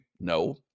No